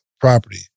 property